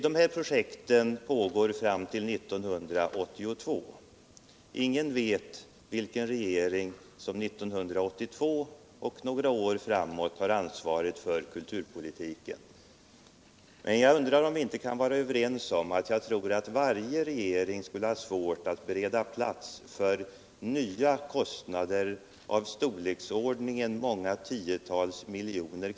De här projekten skall pågå fram till år 1982. Ingen vet vilken regering som år 1982 och några år före kommer att ha ansvaret för kulturpolitiken. Men jag undrar om vi inte kan vara överens om alt varje regering kommer att ha svårt att bereda plats för nya kostnader i storleksordningen många tiotal miljoner.